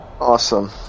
Awesome